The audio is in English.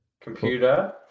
Computer